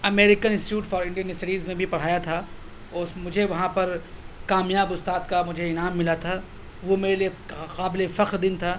American Institute for Indian Studies میں بھی پڑھایا تھا اور اس میں مجھے وہاں پر کامیاب استاد کا مجھے انعام ملا تھا وہ میرے لیے قابل فخر دن تھا